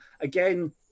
again